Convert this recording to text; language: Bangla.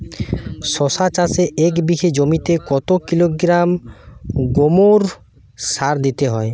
শশা চাষে এক বিঘে জমিতে কত কিলোগ্রাম গোমোর সার দিতে হয়?